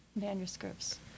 manuscripts